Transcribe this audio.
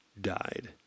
died